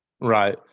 Right